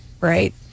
right